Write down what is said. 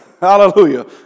Hallelujah